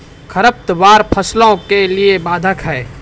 खडपतवार फसलों के लिए बाधक हैं?